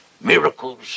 miracles